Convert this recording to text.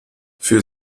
für